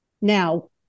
now